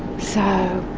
so